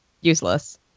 useless